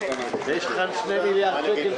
הישיבה ננעלה בשעה 13:45.